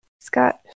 Scott